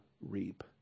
reap